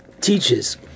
teaches